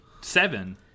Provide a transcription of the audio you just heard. seven